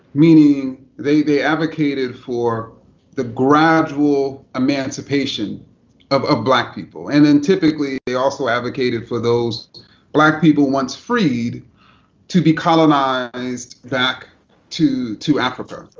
meaning, they they advocated for the gradual emancipation of black people. and and, typically, they also advocated for those black people once freed to be colonized back to to africa.